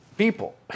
People